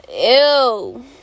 Ew